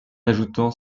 ajoutant